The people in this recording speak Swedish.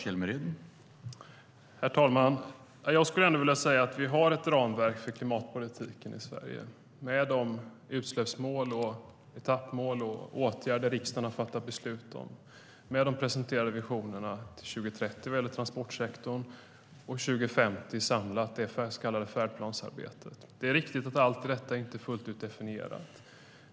Herr talman! Jag skulle vilja säga att vi har ett ramverk för klimatpolitiken i Sverige med de utsläppsmål, etappmål och åtgärder som riksdagen har fattat beslut om, med de presenterade visionerna till 2030 vad gäller transportsektorn och samlat det till 2050 så kallade färdplansarbetet. Det är riktigt att allt i detta inte är fullt ut definierat.